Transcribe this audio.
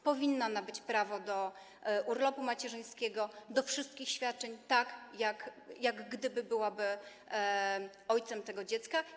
Powinna nabyć prawo do urlopu macierzyńskiego, do wszystkich świadczeń, tak jak gdyby była ojcem tego dziecka.